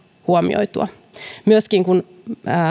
huomioitua ja myöskin kun